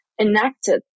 enacted